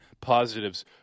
positives